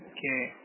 Okay